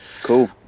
Cool